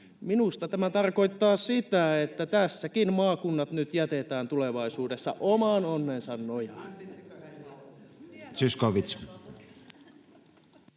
Minusta tämä tarkoittaa sitä, että tässäkin maakunnat jätetään tulevaisuudessa oman onnensa nojaan.